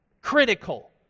Critical